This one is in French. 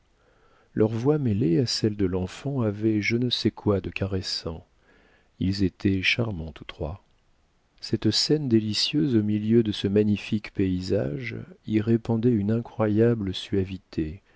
leurs voix mêlées à celle de l'enfant avaient je ne sais quoi de caressant ils étaient charmants tous trois cette scène délicieuse au milieu de ce magnifique paysage y répandait une incroyable suavité